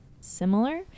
similar